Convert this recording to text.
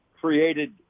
created